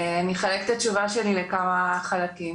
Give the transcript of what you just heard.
אני אחלק את התשובה שלי לכמה חלקים.